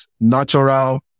natural